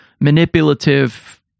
manipulative